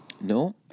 No